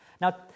Now